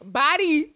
body